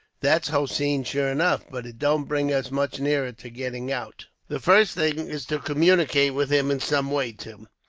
that's hossein, sure enough, but it don't bring us much nearer to getting out. the first thing is to communicate with him in some way, tim.